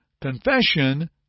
Confession